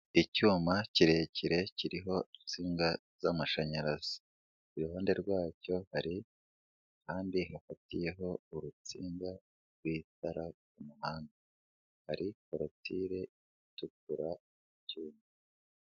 Icyuma kirekire kiriho insinga z'amashanyarazi, ku ruhande rwacyo hari kandi hafatiyeho urutsinga rw'itara ryo ku muhganda, hari korotire itukura, ibyuma.